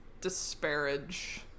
disparage